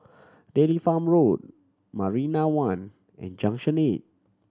Dairy Farm Road Marina One and Junction Eight